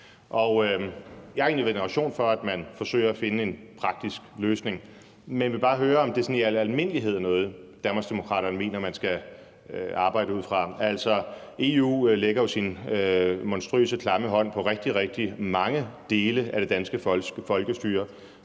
jeg har egentlig veneration for, at man forsøger at finde en praktisk løsning. Men jeg vil bare høre, om det sådan i al almindelighed er noget, Danmarksdemokraterne mener man skal arbejde ud fra. Altså, EU lægger jo sin monstrøse, klamme hånd på rigtig, rigtig mange dele af det danske folkestyre,